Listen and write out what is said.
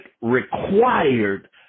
required